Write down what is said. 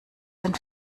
den